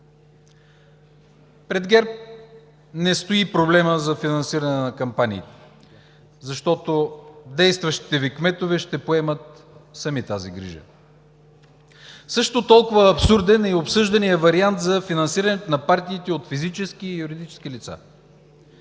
Пред ГЕРБ не стои проблемът за финансиране на кампании, защото действащите Ви кметове ще поемат сами тази грижа. Също толкова абсурден е и обсъжданият вариант за финансирането на партиите от физически и юридически лица.